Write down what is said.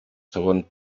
segon